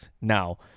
Now